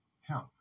help